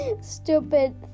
stupid